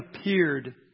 appeared